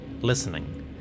listening